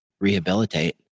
rehabilitate